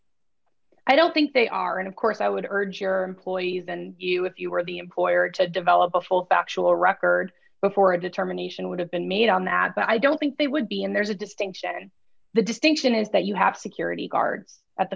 i don't think they are and of course i would urge your poison you if you were the employer to develop a full factual record before a determination would have been made on that but i don't think they would be and there's a distinction the distinction is that you have security guards at